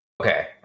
Okay